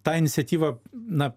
tą iniciatyvą na